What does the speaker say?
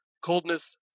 coldness